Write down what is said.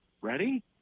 ready